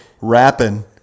rapping